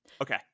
Okay